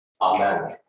Amen